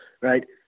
right